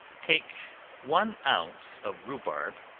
take one ounce of rhubarb,